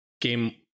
game